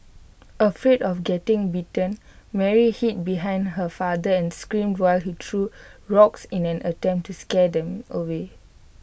afraid of getting bitten Mary hid behind her father and screamed while he threw rocks in an attempt to scare them away